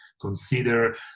consider